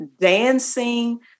dancing